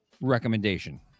recommendation